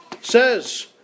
says